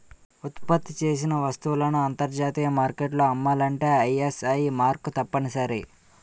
ఉత్పత్తి చేసిన వస్తువులను అంతర్జాతీయ మార్కెట్లో అమ్మాలంటే ఐఎస్ఐ మార్కు తప్పనిసరి